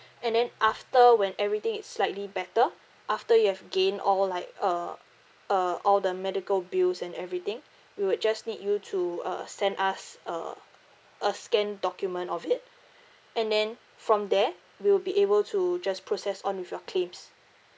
and then after when everything is slightly better after you have gain all like uh uh all the medical bills and everything we would just need you to uh send us uh a scan document of it and then from there we'll be able to just process on with your claims